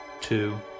two